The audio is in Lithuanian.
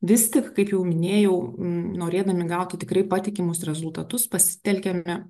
vis tik kaip jau minėjau norėdami gauti tikrai patikimus rezultatus pasitelkiame